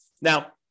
Now